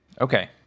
Okay